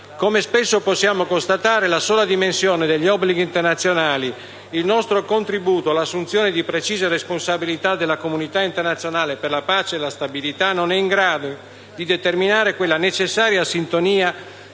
Come spesso possiamo constatare, la sola dimensione degli obblighi internazionali, il nostro contributo all'assunzione di precise responsabilità della comunità internazionale per la pace e la stabilità, non è in grado di determinare quella necessaria sintonia